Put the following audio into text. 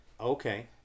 okay